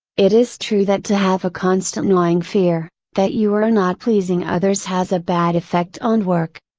it is true that to have a constant gnawing fear, that you are not pleasing others has a bad effect on work.